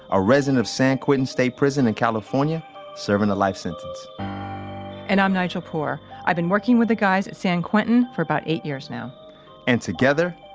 a resident of san quentin state prison in california serving a life sentence and i'm nigel poor. i've been working with the guys at san quentin for about eight years now and together,